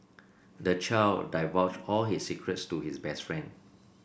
the child divulged all his secrets to his best friend